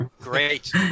great